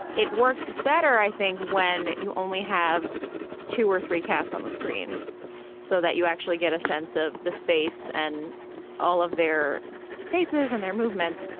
it works better, i think, when you only have two or three cats on the screen so that you actually get a sense of the space and all of their faces and their movements.